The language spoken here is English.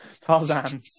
Tarzan